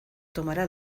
tomará